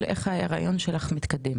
יש כל כך הרבה עוולות שנתקעות אצלכם